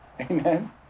amen